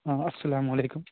ہاں السلام علیکم